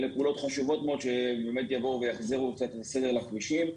אלה פעולות חשובות מאוד שבאמת יבואו ויחזירו סדר לכבישים.